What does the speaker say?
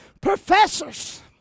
professors